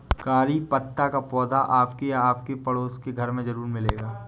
करी पत्ता का पौधा आपके या आपके पड़ोसी के घर ज़रूर मिलेगा